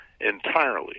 entirely